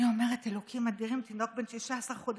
אני אומרת: אלוקים אדירים, תינוק בן 16 חודשים